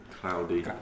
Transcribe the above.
Cloudy